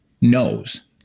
knows